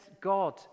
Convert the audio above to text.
God